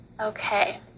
Okay